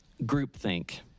groupthink